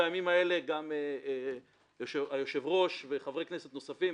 בימים אלה היושב-ראש וחברי כנסת אחרים,